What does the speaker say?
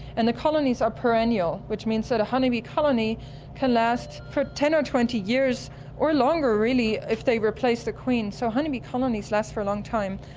and the colonies are perennial which means that a honeybee colony can last for ten or twenty years or longer really if they replace the queen. so honeybee colonies last for a long time.